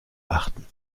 achten